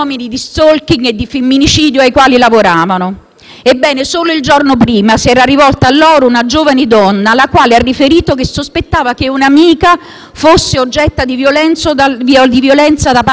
Ebbene, solo il giorno prima si era rivolta a loro una giovane donna la quale ha riferito che sospettava che un'amica fosse oggetto di violenza da parte del marito (sempre in famiglia).